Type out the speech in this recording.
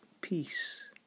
peace